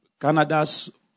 Canada's